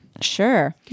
Sure